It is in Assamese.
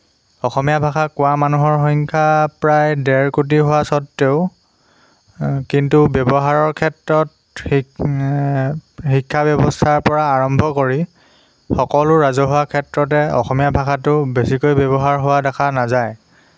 অসমীয়া ভাষা কোৱা মানুহৰ সংখ্যা প্ৰায় দেৰ কোটি হোৱা স্বত্বেও কিন্তু ব্যৱহাৰৰ ক্ষেত্ৰত শিক্ষা ব্যৱস্থাৰ পৰা আৰম্ভ কৰি সকলো ৰাজহুৱা ক্ষেত্ৰতে অসমীয়া ভাষাটো বেছিকৈ ব্যৱহাৰ হোৱা দেখা নাযায়